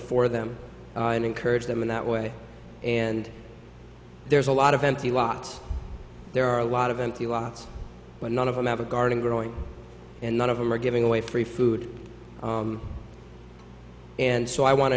for them and encourage them in that way and there's a lot of empty lots there are a lot of empty lots but none of them have a garden growing and none of them are giving away free food and so i want to